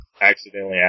accidentally